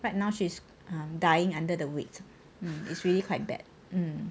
right now she's dying under the weight is really quite bad um